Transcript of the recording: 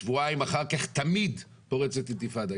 תמיד שבועיים אחר כך פורצת אינתיפאדה.